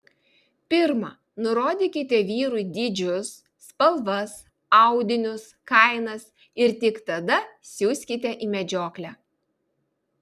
pirma nurodykite vyrui dydžius spalvas audinius kainas ir tik tada siųskite į medžioklę